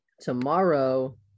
Tomorrow